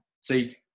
See